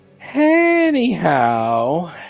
Anyhow